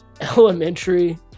elementary